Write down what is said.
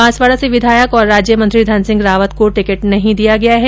बांसवाडा से विधायक और राज्यमंत्री धनसिंह रावत को टिकट नहीं दिया गया है